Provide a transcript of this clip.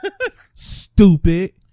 stupid